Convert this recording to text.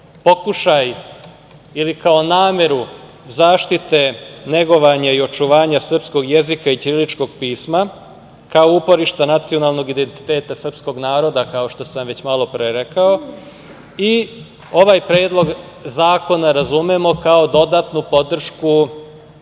pokušaj ili kao nameru zaštite, negovanja i očuvanja srpskog jezika i ćiriličkog pisma kao uporišta nacionalnog identiteta srpskog naroda, kao što sam već malopre rekao, i ovaj Predlog zakona razumemo kao dodatnu podršku